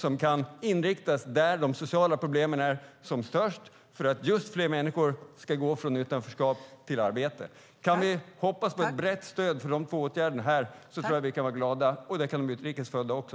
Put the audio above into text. De kan inriktas på de ställen där de sociala problemen är som störst för att få fler människor att gå från utanförskap till arbete. Kan vi hoppas på ett brett stöd för dessa två åtgärder här? Då kan vi vara glada, och det kan de utrikes födda också.